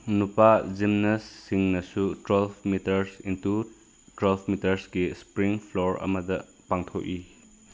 ꯅꯨꯄꯥ ꯖꯤꯝꯅꯥꯁꯁꯤꯡꯅꯁꯨ twelve metre into twelve ꯃꯤꯇꯔꯒꯤ ꯏꯁꯄ꯭ꯔꯤꯡ ꯐ꯭ꯂꯣꯔ ꯑꯃꯗ ꯄꯥꯡꯊꯣꯛꯏ